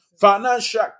financial